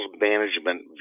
management